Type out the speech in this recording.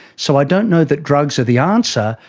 so i don't know that drugs are the answer,